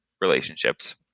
relationships